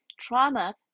trauma